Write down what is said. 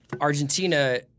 Argentina